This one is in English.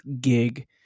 gig